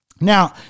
now